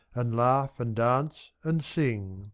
and laugh and dance and sing.